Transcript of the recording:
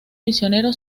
misionero